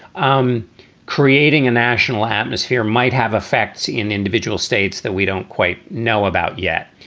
um creating a national atmosphere might have effects in individual states that we don't quite know about yet.